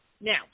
Now